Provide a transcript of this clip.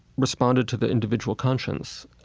responded to the individual conscience,